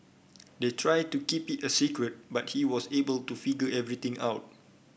they tried to keep it a secret but he was able to figure everything out